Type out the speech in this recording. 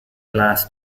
glass